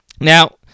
Now